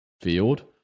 field